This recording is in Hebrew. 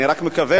ואני רק מקווה,